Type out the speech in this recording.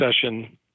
session